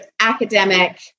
academic